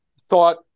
thought